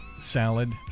salad